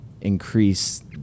increase